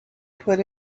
put